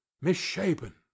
misshapen